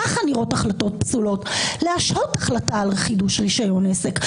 כך נראות החלטות פסולות להשהות החלטה על חידוש רישיון עסק?